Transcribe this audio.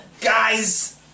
Guys